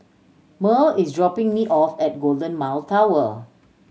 Murl is dropping me off at Golden Mile Tower